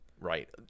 Right